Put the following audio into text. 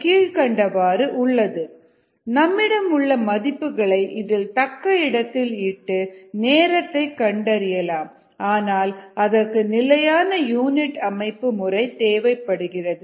கீழ்க்கண்டவாறு உள்ளது 1lnxx0t0t நம்மிடம் உள்ள மதிப்புகளை இதில் தக்க இடத்தில் இட்டு நேரத்தை கண்டறியலாம் ஆனால் அதற்கு நிலையான யூனிட் அமைப்பு முறை தேவைப்படுகிறது